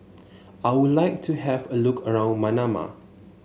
I would like to have a look around Manama